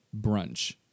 brunch